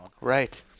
Right